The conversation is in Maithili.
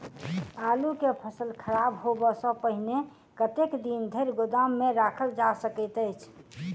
आलु केँ फसल खराब होब सऽ पहिने कतेक दिन धरि गोदाम मे राखल जा सकैत अछि?